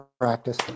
practice